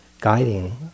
guiding